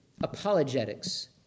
apologetics